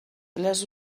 les